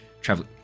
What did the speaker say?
Travel